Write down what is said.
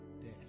death